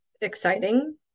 exciting